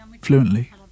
fluently